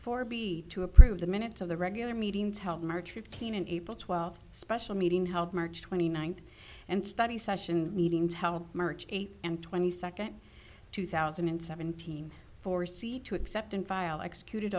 for b to approve the minutes of the regular meetings held march fifteenth and april twelfth special meeting held march twenty ninth and study session meetings held march eighth and twenty second two thousand and seventeen for seat to accept and file executed